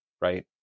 right